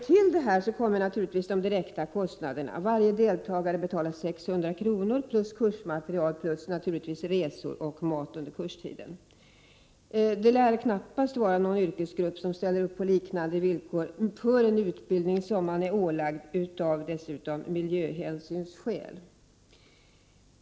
Till detta kommer naturligtvis de direkta kostnaderna. Varje deltagare betalar 600 kr. plus kursmaterial och resor och mat under kurstiden. Det lär knappast vara någon annan yrkesgrupp som ställer upp på liknande villkor för en utbildning som den är ålagd av miljöhänsyn.